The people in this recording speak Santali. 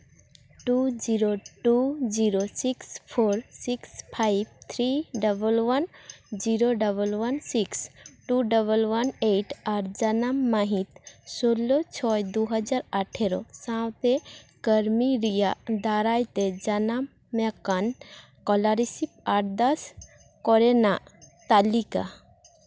zero six four six five three double one zero double one six two double one eight ᱟᱨ ᱡᱟᱱᱟᱢ ᱢᱟᱹᱦᱤᱛ ᱥᱳᱞᱞᱳ ᱪᱷᱚᱭ ᱫᱩ ᱦᱟᱡᱟᱨ ᱟᱴᱷᱮᱨᱚ ᱥᱟᱶᱛᱮ ᱠᱟᱹᱨᱢᱤ ᱨᱮᱭᱟᱜ ᱫᱟᱨᱟᱭ ᱛᱮ ᱡᱟᱱᱟᱢᱟᱠᱟᱱ ᱠᱚᱞᱟᱨᱥᱤᱯ ᱟᱨᱫᱟᱥ ᱠᱚᱨᱮᱱᱟᱜ ᱛᱟᱹᱞᱤᱠᱟ